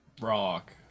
Rock